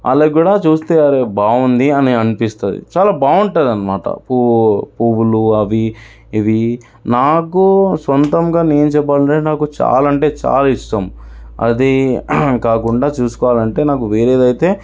వాళ్ళకి కూడా చూస్తే అరే బాగుంది అని అనిపిస్తుంది చాలా బాగుంటుందనమాట పువ్వు పువ్వులు అవి ఇవి నాకు సొంతంగా నేను చెప్పాలంటే నాకు చాలా అంటే చాలా ఇష్టం అది కాకుండా చూసుకోవాలంటే నాకు వేరేదైతే